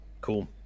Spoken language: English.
cool